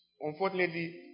unfortunately